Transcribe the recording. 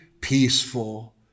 peaceful